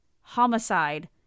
homicide